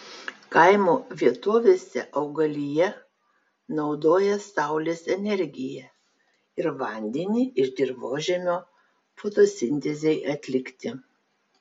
kaimo vietovėse augalija naudoja saulės energiją ir vandenį iš dirvožemio fotosintezei atlikti